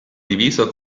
diviso